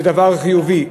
זה דבר חיובי.